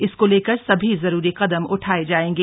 इसको लेकर सभी जरूरी कदम उठाए जायेंगे